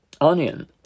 Onion